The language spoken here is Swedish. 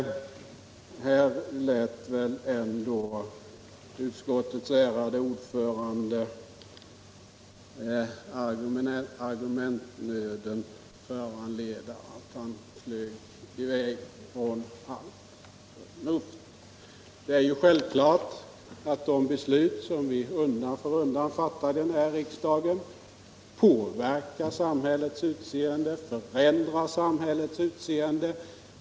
Här lät väl ändå utskottets ärade ordförande argumentnöden föranleda att han flög i väg från allt förnuft. Det är självklart att de beslut som vi undan för undan fattar här i riksdagen påverkar och förändrar samhället i en mängd avseenden.